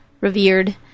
revered